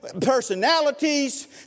personalities